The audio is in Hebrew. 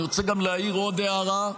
אני רוצה להעיר עוד הערה,